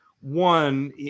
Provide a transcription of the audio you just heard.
one